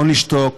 לא נשתוק.